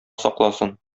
сакласын